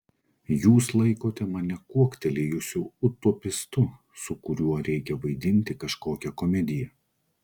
jūs laikote mane kuoktelėjusiu utopistu su kuriuo reikia vaidinti kažkokią komediją